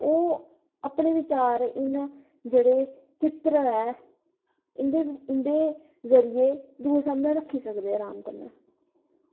ओह् अपने बचार इन्ना जेह्ड़े चित्र ऐ इं'दे जरिये दूऐ सामनै रक्खी सकदे अराम कन्नै